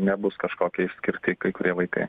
nebus kažkokie išskirti kai kurie vaikai